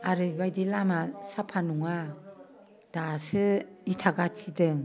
आरो इबायदि लामा साफा नङा दासो इथा गाथिदों